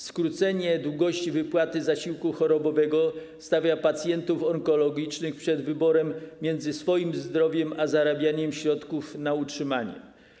Skrócenie długości wypłaty zasiłku chorobowego stawia pacjentów onkologicznych przed wyborem między swoim zdrowiem a zarabianiem środków na utrzymanie.